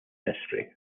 ministry